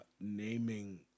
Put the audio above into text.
naming